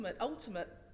ultimate